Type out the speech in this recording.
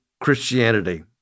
Christianity